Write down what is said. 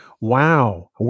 wow